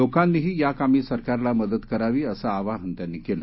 लोकांनीही याकामी सरकारला मदत करावी असं आवाहन त्यांनी केलं